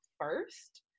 first